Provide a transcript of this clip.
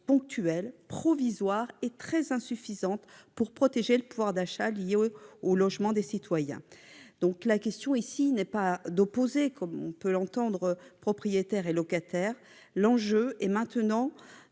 ponctuelle, provisoire et très insuffisante pour protéger le pouvoir d'achat et l'accès au logement des citoyens. Il ne s'agit pas ici d'opposer, comme on peut l'entendre, propriétaires et locataires. L'enjeu est de maintenir